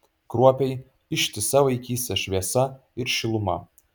kruopiai ištisa vaikystės šviesa ir šiluma